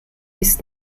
ist